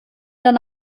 dann